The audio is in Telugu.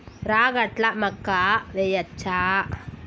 రాగట్ల మక్కా వెయ్యచ్చా?